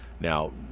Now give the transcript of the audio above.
Now